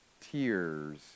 tears